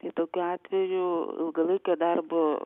tai tokiu atveju ilgalaikė darbo